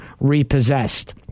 repossessed